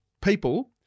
people